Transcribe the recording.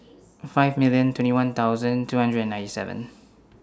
five million twenty one thousand two hundred and ninety seven